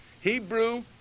Hebrew